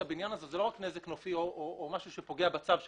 הבניין הזה היא לא רק נזק נופי או משהו שפוגע בצב שמסתובב,